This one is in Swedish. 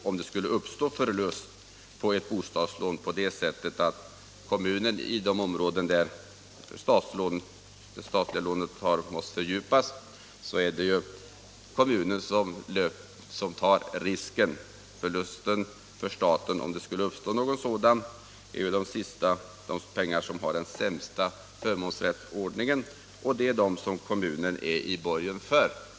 Om det skulle uppstå förlust på ett bostadslån i ett område där det statliga lånet har måst fördjupas, så är det kommunen som tar risken. Förlusten för staten, om det skulle uppstå någon sådan, är ju de pengar som har den sämsta förmånsrätten, och det är de pengar som kommunen går i borgen för.